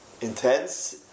intense